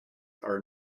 are